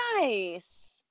nice